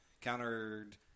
countered